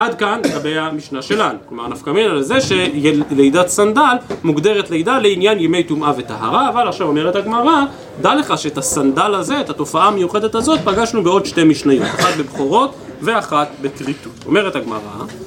עד כאן הבעיה המשנה שלנו, כלומר נפקא מינא על זה שלידת סנדל מוגדרת לידה לעניין ימי טומאה וטהרה אבל עכשיו אומרת הגמרא דע לך שאת הסנדל הזה, את התופעה המיוחדת הזאת פגשנו בעוד שתי משניות אחת בבכורות ואחת בכריתות, אומרת הגמרא